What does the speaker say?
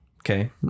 Okay